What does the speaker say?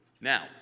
Now